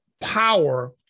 power